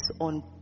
on